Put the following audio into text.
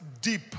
deep